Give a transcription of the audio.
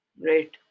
great